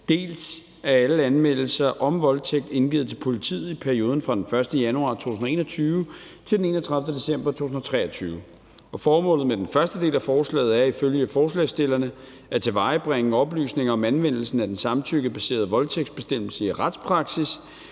dels af alle anmeldelser om voldtægt indgivet til politiet i perioden fra den 1. januar 2021 til den 31. december 2023. Formålet med den første del af forslaget er ifølge forslagsstillerne at tilvejebringe oplysninger om anvendelsen af den samtykkebaserede voldtægtsbestemmelse i retspraksis